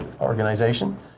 organization